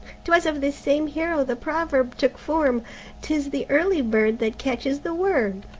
twas of this same hero the proverb took form tis the early bird that catches the worm.